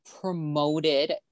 promoted